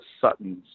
Sutton's